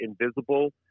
invisible